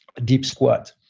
a deep squat.